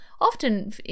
Often